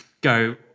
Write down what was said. go